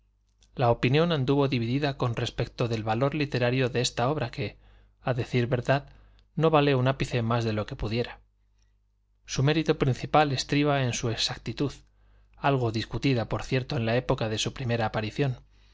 la opinión anduvo dividida con respecto del valor literario de esta obra que a decir verdad no vale un ápice más de lo que pudiera su mérito principal estriba en su exactitud algo discutida por cierto en la época de su primera aparición